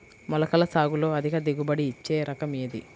మొలకల సాగులో అధిక దిగుబడి ఇచ్చే రకం ఏది?